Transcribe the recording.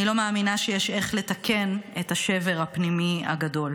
אני לא מאמינה שיש איך לתקן את השבר הפנימי הגדול.